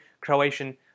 Croatian